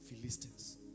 Philistines